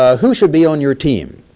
ah who should be on your team,